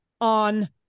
on